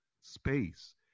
space